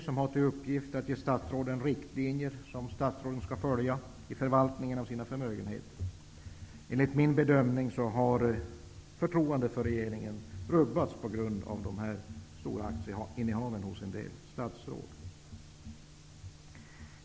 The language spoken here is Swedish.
Den har i uppgift att ge statsråden riktlinjer som statsråden skall följa i förvaltningen av sina förmögenheter. Enligt min bedömning har förtroendet för regeringen rubbats på grund av de stora aktieinnehav som en del statsråd har.